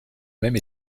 même